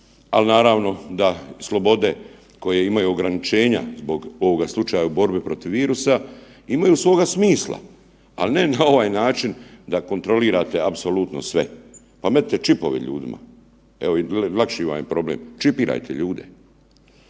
ali naravno da slobode koje imaju ograničenja zbog ovoga slučaju borbe protiv virusa, imaju svoga smisla. Ali ne na ovaj način da kontrolirate apsolutno sve. Pa metnite čipove ljudima. Evo, lakši vam je problem. Čipirajte ljude,